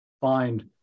find